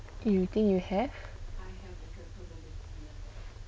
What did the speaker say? you think you have